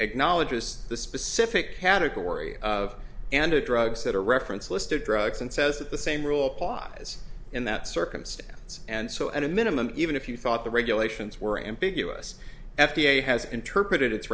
acknowledges the specific category of and of drugs that a reference list of drugs and says that the same rule applies in that circumstance and so at a minimum even if you thought the regulations were ambiguous f d a has interpreted it